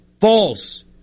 False